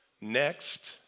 Next